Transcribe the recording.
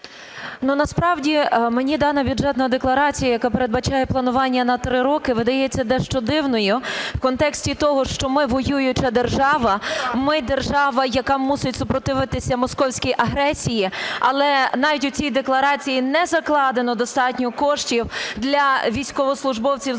насправді мені дана Бюджетна декларація, яка передбачає планування на три роки, видається дещо дивною в контексті того, що ми воююча держава, ми держава, яка мусить супротивитися московській агресії, але навіть у цій декларації не закладено достатньо коштів для військовослужбовців Збройних